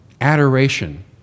adoration